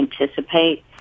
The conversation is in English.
anticipate